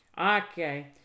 okay